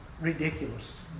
ridiculous